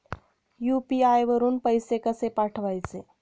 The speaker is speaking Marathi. यु.पी.आय वरून पैसे कसे पाठवायचे?